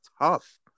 tough